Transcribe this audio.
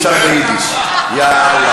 והוא שר ביידיש, יא אללה.